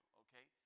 okay